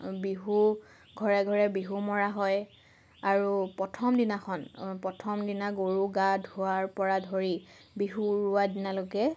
বিহু ঘৰে ঘৰে বিহু মৰা হয় আৰু প্ৰথম দিনাখন প্ৰথম দিনা গৰু গা ধোৱাৰ পৰা ধৰি বিহু উৰুৱা দিনালৈকে